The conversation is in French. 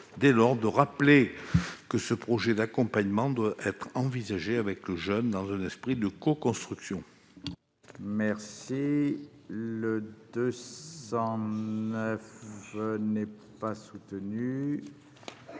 dès lors de rappeler que ce projet d'accompagnement doit être envisagé avec le jeune, dans un esprit de coconstruction. L'amendement n° 209 rectifié n'est pas soutenu.